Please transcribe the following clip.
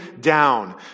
down